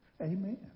Amen